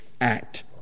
act